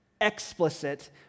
explicit